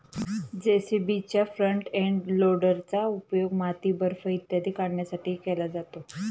जे.सी.बीच्या front end लोडरचा उपयोग माती, बर्फ इत्यादी काढण्यासाठीही केला जातो